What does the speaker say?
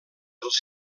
dels